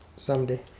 someday